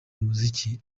umuziki